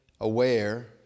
aware